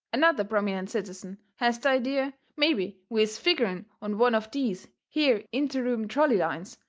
another prominent citizen has the idea mebby we is figgering on one of these here inter-reuben trolley lines,